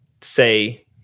say